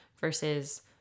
versus